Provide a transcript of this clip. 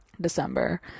december